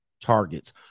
targets